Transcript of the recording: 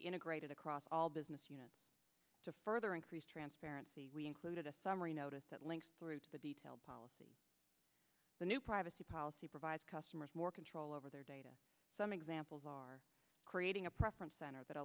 be integrated across all businesses to further increase transparency we included a summary notice that links through to the detailed policy the new privacy policy provides customers more control over their data some examples are creating a preference center that